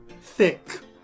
Thick